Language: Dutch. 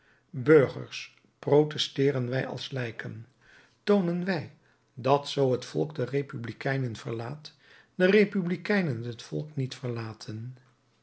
burgers protesteeren wij als lijken toonen wij dat zoo het volk de republikeinen verlaat de republikeinen het volk niet verlaten